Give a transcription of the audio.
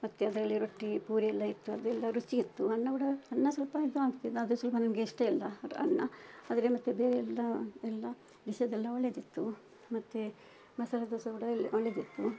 ಮತ್ತು ಅದರಲ್ಲಿ ರೊಟ್ಟಿ ಪೂರಿಯೆಲ್ಲ ಇತ್ತು ಅದೆಲ್ಲ ರುಚಿಯಿತ್ತು ಅನ್ನ ಕೂಡ ಅನ್ನ ಸ್ವಲ್ಪ ಇದು ಆಗ್ತಿತ್ತು ಅದು ಸ್ವಲ್ಪ ನಮಗೆ ಇಷ್ಟವಿಲ್ಲ ಅದರ ಅನ್ನ ಆದರೆ ಮತ್ತೆ ಬೇರೆಯೆಲ್ಲ ಎಲ್ಲ ವಿಷಯದ್ದೆಲ್ಲ ಒಳ್ಳೇದಿತ್ತು ಮತ್ತೆ ಮಸಾಲೆ ದೋಸೆ ಕೂಡ ಎಲ್ಲ ಒಳ್ಳೇದಿತ್ತು